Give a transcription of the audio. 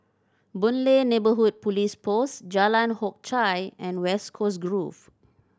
Boon Lay Neighbourhood Police Post Jalan Hock Chye and West Coast Grove